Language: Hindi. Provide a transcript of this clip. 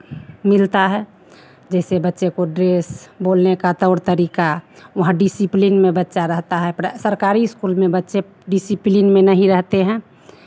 मिलता है जैसे बच्चे को ड्रेस बोलने का तौर तरीका वहाँ डिसीप्लिन में बच्चा रहता है सरकारी स्कूल में बच्चे डिसिप्लिन में नहीं रहते हैं